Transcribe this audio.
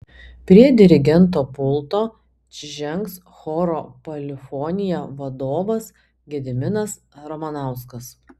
prie dirigento pulto žengs choro polifonija vadovas gediminas ramanauskas